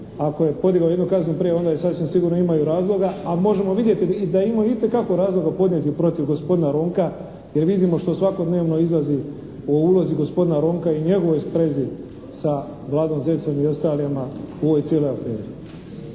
ako je podigao jednu kaznenu prijavu onda je sasvim sigurno imao razloga a možemo vidjeti da je imao itekako podnijeti protiv gospodina Ronka jer vidimo što svakodnevno izlazi o ulozi gospodina Ronka i njegovoj sprezi sa Vladom Zecom i ostalima u ovoj cijeloj aferi.